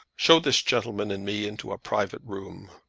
show this gentleman and me into a private room.